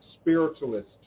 spiritualist